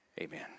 Amen